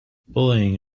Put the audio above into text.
bullying